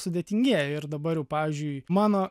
sudėtingėja ir dabarjau pavyzdžiui mano